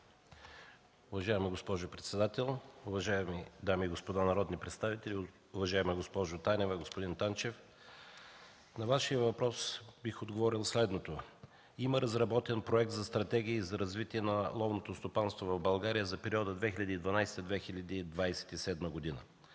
Уважаема госпожо председател, уважаеми дами и господа народни представители, уважаема госпожо Танева, господин Танчев! Бих отговорил следното на Вашия въпрос. Има разработен Проект за стратегия за развитие на ловното стопанство в България за периода 2012-2027 г.